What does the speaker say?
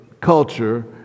culture